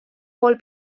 pool